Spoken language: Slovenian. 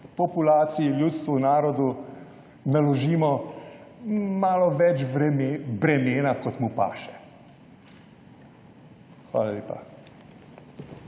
populaciji, ljudstvu, narodu naložimo malo več bremena, kot mu paše. Hvala lepa.